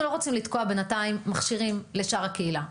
אנחנו לא רוצים לתקוע בינתיים מכשירים לשאר הקהילה.